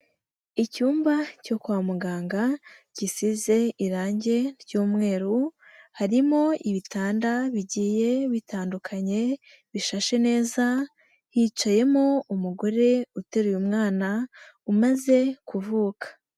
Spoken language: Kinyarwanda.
Icyumba cyo kwa muganga gisize irange ry'mweru harimo ibitanda bigiye bitandukanye bishashe neza hicayemo umugore uteruye umwana umaze kuvuka.